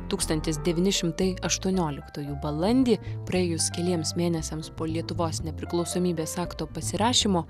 tūkstantis devyni šimtai aštuonioliktųjų balandį praėjus keliems mėnesiams po lietuvos nepriklausomybės akto pasirašymo